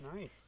Nice